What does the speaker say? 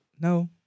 No